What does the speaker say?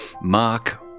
Mark